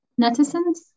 netizens